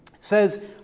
says